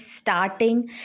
starting